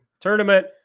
tournament